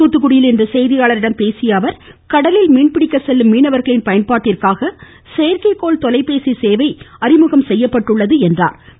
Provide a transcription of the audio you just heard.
தூத்துக்குடியில் இன்று செய்தியாளர்களிடம் பேசிய அவர் கடலில் மீன்பிடிக்க செல்லும் மீனவர்களின் பயன்பாட்டிற்காக செயற்கை கோள் தொலைபேசி சேவை அறிமுகம் செய்யப்பட்டுள்ளது என்றார்